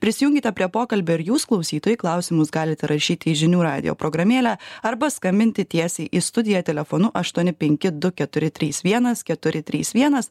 prisijunkite prie pokalbio ir jūs klausytojai klausimus galite rašyti į žinių radijo programėlę arba skambinti tiesiai į studiją telefonu aštuoni penki du keturi trys vienas keturi trys vienas